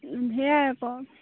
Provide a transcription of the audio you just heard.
সেয়া আকৌ